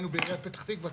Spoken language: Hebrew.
היינו בעיריית פתח תקווה,